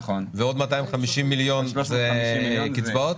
ועוד 250 מיליון זה קצבאות?